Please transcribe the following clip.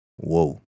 Whoa